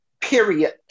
Period